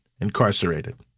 incarcerated